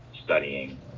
studying